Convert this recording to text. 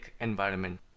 environment